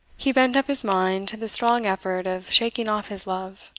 he bent up his mind to the strong effort of shaking off his love,